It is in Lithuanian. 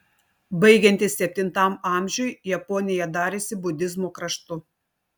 baigiantis septintam amžiui japonija darėsi budizmo kraštu